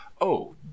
Oh